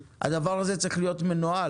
הדבר הזה צריך להיות מנוהל.